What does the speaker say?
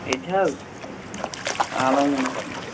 ییٚتہِ حظ عالومٲنِس منٛز